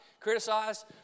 criticize